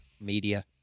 media